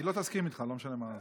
היא לא תסכים איתך, לא משנה מה.